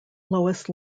lowest